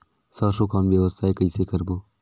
सरसो कौन व्यवसाय कइसे करबो?